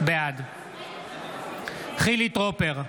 בעד חילי טרופר,